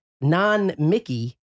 non-Mickey